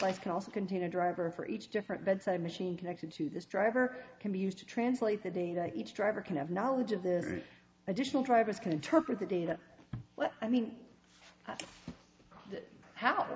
also contain a driver for each different bedside machine connected to this driver can be used to translate the data each driver can have knowledge of the additional drivers can interpret the data well i mean how